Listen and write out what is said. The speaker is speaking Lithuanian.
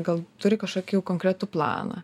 gal turi kažkokį jau konkretų planą